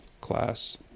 class